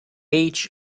beck